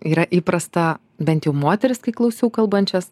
yra įprasta bent jau moteris kai klausiau kalbančias